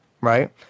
right